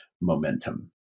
momentum